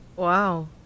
Wow